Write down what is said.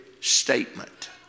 statement